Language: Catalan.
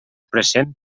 present